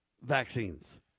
vaccines